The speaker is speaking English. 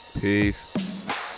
peace